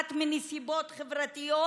שנובעת מנסיבות חברתיות,